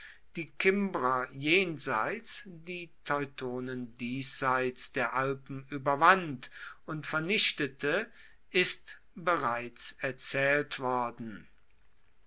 die kimbrer jenseits die teutonen diesseits der alpen überwand und vernichtete ist bereits erzählt worden